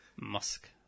Musk